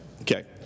Okay